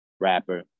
rapper